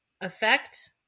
effect